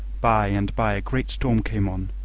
by and by a great storm came on,